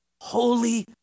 Holy